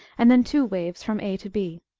and then two waves from a to b.